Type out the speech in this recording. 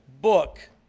book